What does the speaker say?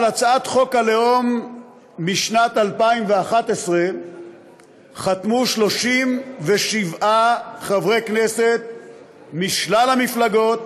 על הצעת חוק הלאום משנת 2011 חתמו 37 חברי כנסת משלל המפלגות,